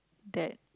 that